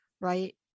right